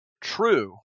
True